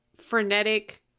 frenetic